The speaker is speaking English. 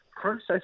process